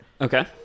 Okay